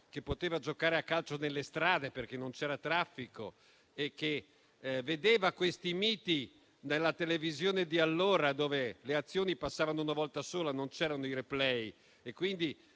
che poteva giocare a calcio nelle strade perché non c'era traffico e che vedeva questi miti nella televisione di allora, dove le azioni passavano una volta sola perché non c'erano i *replay*. Quindi